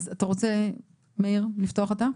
מאיר, בבקשה.